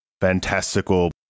fantastical